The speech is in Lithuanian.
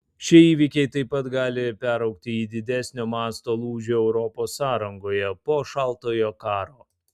šie įvykiai taip pat gali peraugti į didesnio masto lūžį europos sąrangoje po šaltojo karo